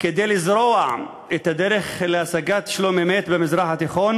כדי לזרוע את הדרך להשגת שלום-אמת במזרח התיכון